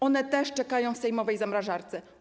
One też czekają w sejmowej zamrażarce.